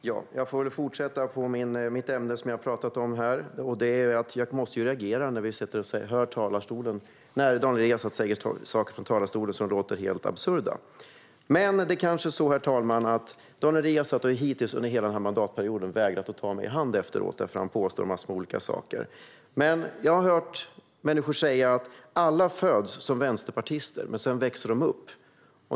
Herr talman! Jag får väl fortsätta på samma ämne som jag började med, och det är att jag ju måste reagera när Daniel Riazat säger saker från talarstolen som låter helt absurda. Daniel Riazat har hittills under hela den här mandatperioden vägrat att ta mig i hand efter debatterna därför att han påstår en massa olika saker om mig. Men jag har hört sägas att alla människor föds som vänsterpartister, och sedan växer de upp.